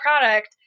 product